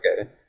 okay